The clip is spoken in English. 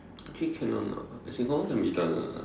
actually can [one] lah can be done lah